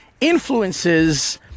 influences